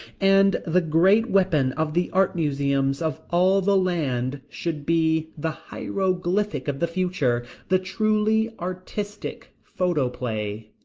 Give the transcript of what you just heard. and the great weapon of the art museums of all the land should be the hieroglyphic of the future, the truly artistic photoplay.